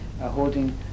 holding